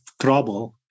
trouble